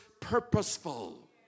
purposeful